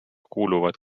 kuuluvad